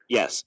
Yes